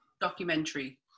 documentary